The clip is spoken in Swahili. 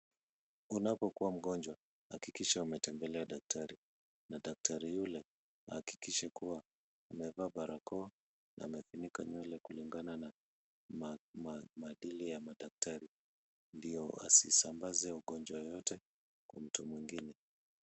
Unapokuwa mgonjwa, hakikisha umetembelea daktari. Na daktari yule, ahakikishe kuwa umevaa barakoa na amefunika nywele kulingana na na maa, maadili ya madaktari. Ndio asisambaze ugonjwa yeyote kwa mtu mwingine.